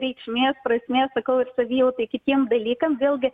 reikšmės prasmės sakau ir savijautai kitiem dalykam vėlgi